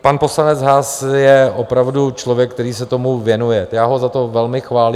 Pan poslanec Haas je opravdu člověk, který se tomu věnuje, já ho za to velmi chválím.